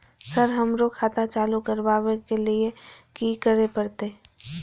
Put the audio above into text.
Sir हमरो खाता चालू करबाबे के ली ये की करें परते?